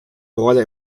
rolle